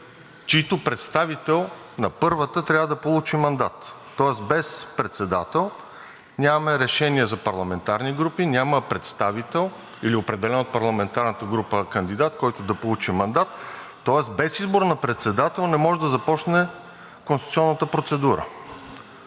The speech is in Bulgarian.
чийто представител на първата трябва да получи мандат, тоест без председател нямаме решение за парламентарни групи. Няма представители или определен от парламентарната група кандидат, който да получи мандат, тоест без избор на председател не може да започне конституционната процедура.